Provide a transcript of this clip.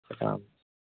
سلام